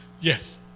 Yes